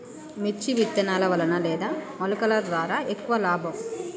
మిర్చి విత్తనాల వలన లేదా మొలకల ద్వారా ఎక్కువ లాభం?